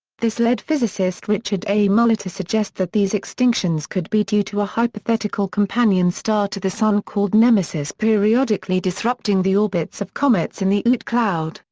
this led physicist richard a. muller to suggest that these extinctions could be due to a hypothetical companion star to the sun called nemesis periodically disrupting the orbits of comets in the oort cloud,